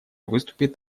выступит